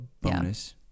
bonus